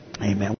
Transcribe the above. Amen